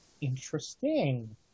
Interesting